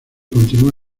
continúa